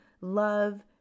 love